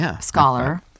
scholar